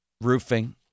Roofing